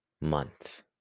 month